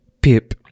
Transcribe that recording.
Pip